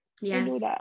Yes